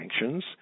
sanctions